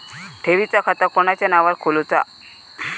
ठेवीचा खाता कोणाच्या नावार खोलूचा?